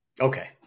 okay